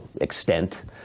extent